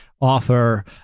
offer